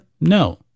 No